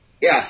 yes